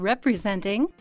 Representing